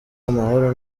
amahoro